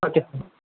okay sir